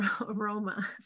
aroma